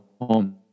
home